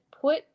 put